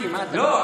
לא.